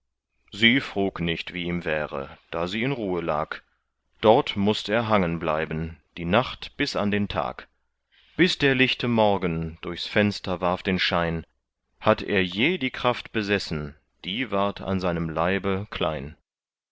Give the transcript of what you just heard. sie frug nicht wie ihm wäre da sie in ruhe lag dort mußt er hangen bleiben die nacht bis an den tag bis der lichte morgen durchs fenster warf den schein hatt er je die kraft besessen die ward an seinem leibe klein